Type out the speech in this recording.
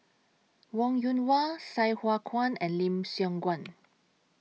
Wong Yoon Wah Sai Hua Kuan and Lim Siong Guan